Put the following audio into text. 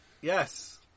Yes